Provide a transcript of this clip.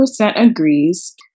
agrees